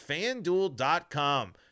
FanDuel.com